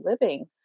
living